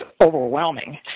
overwhelming